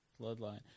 Bloodline